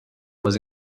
was